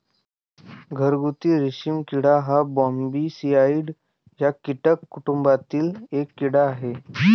घरगुती रेशीम किडा हा बॉम्बीसिडाई या कीटक कुटुंबातील एक कीड़ा आहे